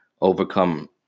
overcome